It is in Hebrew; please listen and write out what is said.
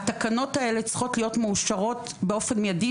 התקנות האלה צריכות להיות מאושרות באופן מיידי,